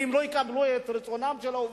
ואם לא יקבלו את רצונם של העובדים,